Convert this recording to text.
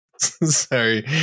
Sorry